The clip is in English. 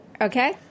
Okay